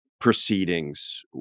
proceedings